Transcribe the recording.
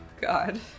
god